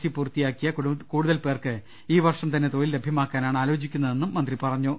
C പൂർത്തിയാ ക്കിയ കൂടുതൽ പേർക്ക് ഈ വർഷം തന്നെ തൊഴിൽ ലഭ്യമാ ക്കാനാണ് ആലോചിക്കുന്നതെന്നും മന്ത്രി പറഞ്ഞു